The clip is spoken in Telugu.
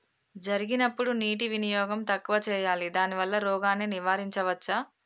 జరిగినప్పుడు నీటి వినియోగం తక్కువ చేయాలి దానివల్ల రోగాన్ని నివారించవచ్చా?